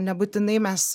nebūtinai mes